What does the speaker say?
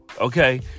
okay